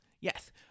Yes